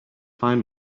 find